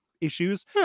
issues